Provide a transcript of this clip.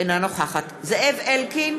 אינה נוכחת זאב אלקין,